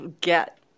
get